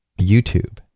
YouTube